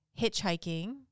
hitchhiking